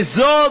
וזו